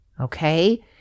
Okay